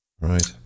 Right